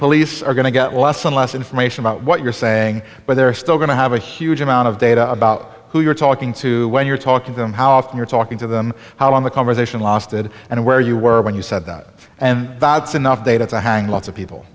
police are going to get less and less information about what you're saying but they're still going to have a huge amount of data about who you're talking to when you're talking to them how often you're talking to them how long the conversation lasted and where you were when you said that and that's enough data to hang lots of people